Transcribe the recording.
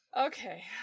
Okay